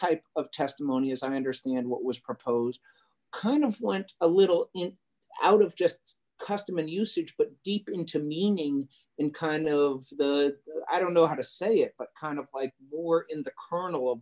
type of testimony as i understand what was proposed kind of went a little out of just custom and usage but deep into meaning in kind of the i don't know how to say it kind of fight or in the